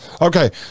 okay